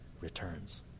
returns